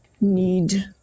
need